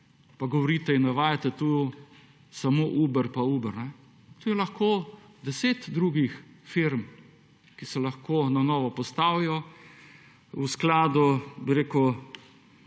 Pa govorite in navajate tu samo Uber pa Uber. To je lahko deset drugih firm, ki se lahko na novo postavijo v skladu, bi rekel,